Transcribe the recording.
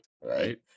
Right